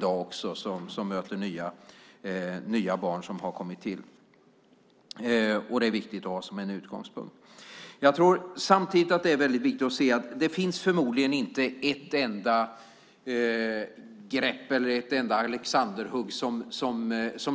Det är viktigt att ha som en utgångspunkt. Samtidigt är det väldigt viktigt att se att det förmodligen inte finns ett enda grepp eller ett enda Alexanderhugg som